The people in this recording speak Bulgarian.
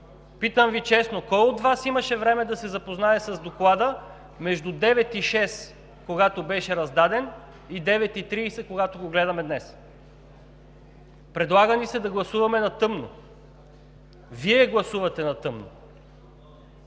Питам Ви честно: кой от Вас имаше време да се запознае с Доклада между 9,00 и 6,00 часа, когато беше раздаден, и 9,30 часа, когато го гледаме днес? Предлага ни се да гласуваме на тъмно. Вие гласувате на тъмно.